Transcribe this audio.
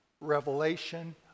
revelation